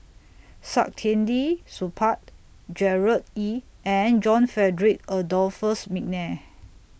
Saktiandi Supaat Gerard Ee and John Frederick Adolphus Mcnair